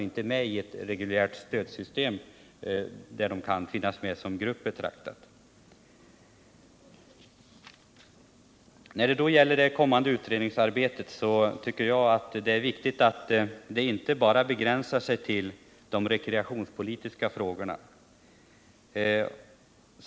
De borde betraktade som grupp kunna finnas med i ett reguljärt stödsystem. När det gäller det kommande utredningsarbetet tycker jag att det är viktigt att detta inte begränsar sig till de rekreationspolitiska frågorna.